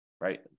right